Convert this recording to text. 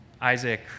Isaac